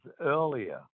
earlier